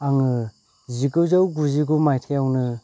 आङो जिगुजौ गुजि गु माइथायावनो